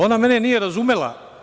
Ona mene nije razumela.